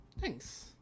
Thanks